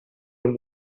dem